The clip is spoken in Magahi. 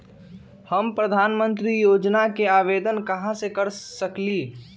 हम प्रधानमंत्री योजना के आवेदन कहा से कर सकेली?